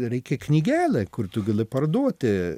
reikia knygelę kur tu gali parduoti